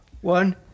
One